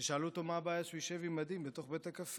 כששאלו אותו: מה הבעיה שהוא ישב עם מדים בתוך בית הקפה?